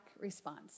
response